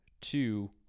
Two